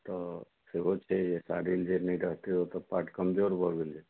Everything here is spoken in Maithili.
तऽ सेहो छै साड़िल जे नहि रहतै ओ तऽ पार्ट कमजोर भऽ गेलै